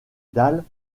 dalles